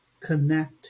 connect